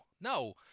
no